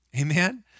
amen